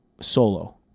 solo